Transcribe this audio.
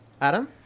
Adam